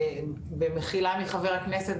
במחילה מחבר הכנסת,